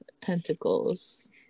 pentacles